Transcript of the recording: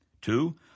Two